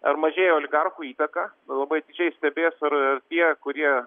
ar mažėja oligarchų įtaka labai atidžiai stebės ir tie kurie